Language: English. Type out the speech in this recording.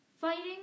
Fighting